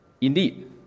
Indeed